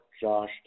Josh